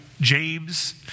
James